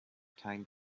time